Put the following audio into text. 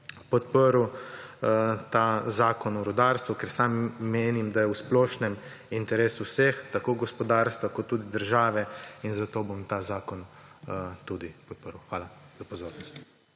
podprl ta Zakon o rudarstvu, ker menim, da je v splošnem interesu vseh, tako gospodarstva kot tudi države, zato bom ta zakon tudi podprl. Hvala za pozornost.